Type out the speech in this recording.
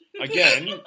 again